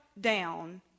down